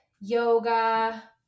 yoga